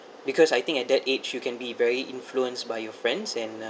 because I think at that age you can be very influenced by your friends and